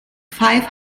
five